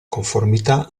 conformità